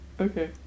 Okay